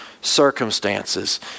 circumstances